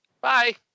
Bye